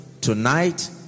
Tonight